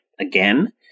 Again